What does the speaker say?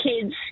kids